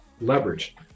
leverage